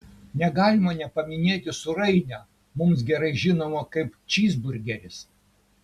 negalima nepaminėti sūrainio mums gerai žinomo kaip čyzburgeris